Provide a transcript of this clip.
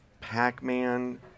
Pac-Man